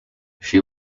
she